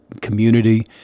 community